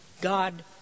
God